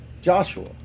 Joshua